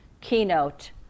keynote